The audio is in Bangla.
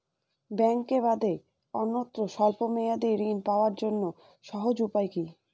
ব্যাঙ্কে বাদে অন্যত্র স্বল্প মেয়াদি ঋণ পাওয়ার জন্য সহজ উপায় কি?